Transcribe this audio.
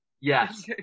Yes